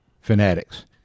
fanatics